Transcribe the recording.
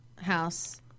House